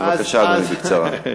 אז בבקשה, אדוני, בקצרה.